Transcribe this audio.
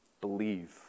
Believe